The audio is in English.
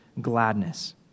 gladness